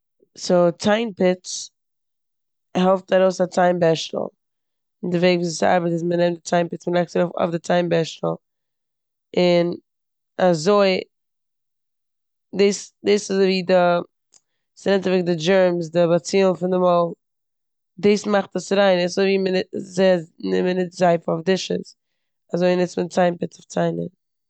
סאו ציין פוץ האלפט ארויס א ציין בערשטל. און די וועג וויאזוי ס'ארבעט איז מ'נעמט ציין פוץ, מ'לייגט עס ארויף אויף די ציין בערשטל און אזוי- דאס- דאס איז אזויווי די- ס'נעמט אוועק די דשערמס, די באצילן פון די מויל, דאס מאכט עס ריין. און ס'אזויווי מ'נוצט זייף אויף דישעס אזוי נוצט מען ציין פוץ אויף ציינער.